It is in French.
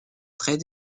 très